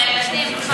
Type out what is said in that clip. שהילדים,